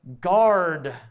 guard